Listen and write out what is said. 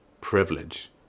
privilege